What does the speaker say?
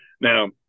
Now